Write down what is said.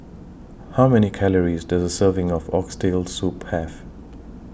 How Many Calories Does A Serving of Oxtail Soup Have